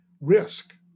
risk